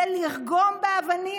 זה לרגום באבנים.